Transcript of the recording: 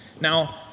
Now